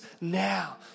now